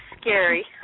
scary